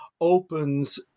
opens